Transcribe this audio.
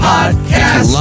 Podcast